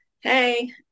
hey